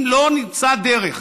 אם לא נמצא דרך